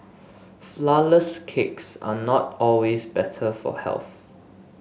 flourless cakes are not always better for health